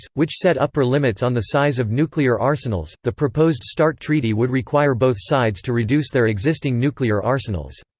which set upper limits on the size of nuclear arsenals, the proposed start treaty would require both sides to reduce their existing nuclear arsenals.